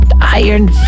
iron